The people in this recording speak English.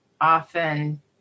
often